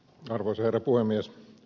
arvoisa herra puhemies